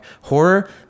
horror